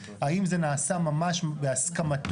אנחנו מאפשרים לו לממש את האג'נדה הזאת דרך הצעת